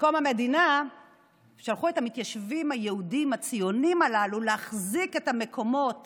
בקום המדינה שלחו את המתיישבים היהודים הציוניים הללו להחזיק את המקומות